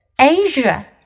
Asia